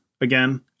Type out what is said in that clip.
again